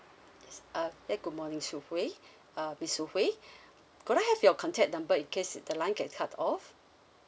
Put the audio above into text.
yes uh then good morning soo hwei uh miss soo hwei could I have your contact number you in case the line get cut off